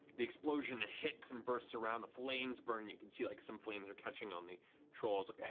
the explosion hits and bursts around. the flames burn, and you can see like some flames are catching on the troll.